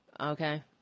Okay